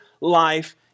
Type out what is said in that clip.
life